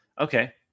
Okay